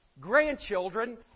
grandchildren